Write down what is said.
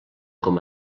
com